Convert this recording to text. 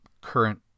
current